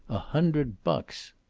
a hundred bucks!